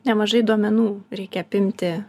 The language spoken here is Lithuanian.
nemažai duomenų reikia apimti